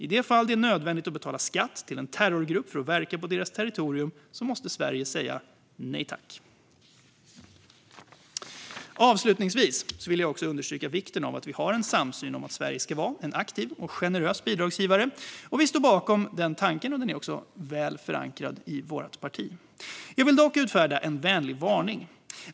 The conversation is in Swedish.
I de fall det är nödvändigt att betala skatt till en terrorgrupp för att verka på deras territorium måste Sverige säga nej tack. Avslutningsvis vill jag understryka vikten av att vi har en samsyn om att Sverige ska vara en aktiv och generös bidragsgivare. Vi står bakom denna tanke, och den är också väl förankrad i vårt parti. Jag vill dock utfärda en vänlig varning.